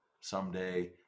someday